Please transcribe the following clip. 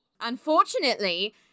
Unfortunately